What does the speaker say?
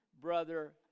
Brother